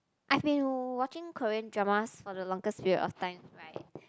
I've been watching Korean dramas for the longest period of time right